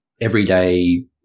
everyday